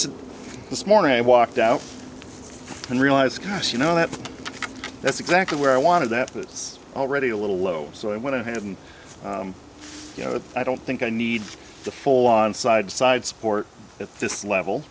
to this morning i walked out and realized gosh you know that that's exactly where i wanted that that's already a little low so i went ahead and you know i don't think i need the full on side side support at this level